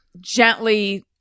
gently